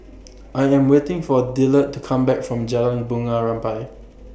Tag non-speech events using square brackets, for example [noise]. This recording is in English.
[noise] I Am waiting For Dillard to Come Back from Jalan Bunga Rampai